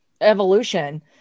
evolution